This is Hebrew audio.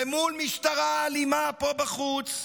ומול משטרה אלימה פה בחוץ.